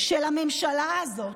של הממשלה הזאת,